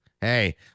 hey